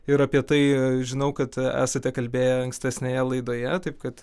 ir apie tai žinau kad esate kalbėję ankstesnėje laidoje taip kad